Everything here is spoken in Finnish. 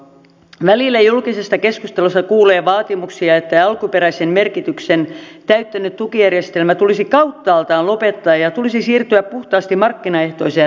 välillä julkisessa keskustelussa kuulee vaatimuksia että alkuperäisen merkityksen täyttänyt tukijärjestelmä tulisi kauttaaltaan lopettaa ja tulisi siirtyä puhtaasti markkinaehtoiseen ruuantuotantoon